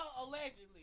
allegedly